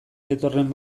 zetorren